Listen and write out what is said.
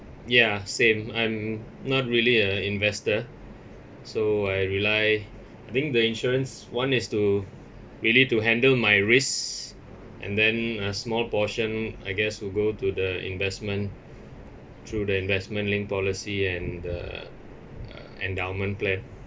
ya same I'm not really a investor so I rely being the insurance [one] is to really to handle my risk and then a small portion I guess will go to the investment through the investment link policy and the uh endowment plan